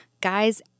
Guys